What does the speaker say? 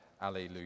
Alleluia